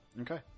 Okay